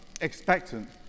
expectant